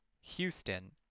Houston